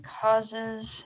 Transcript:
causes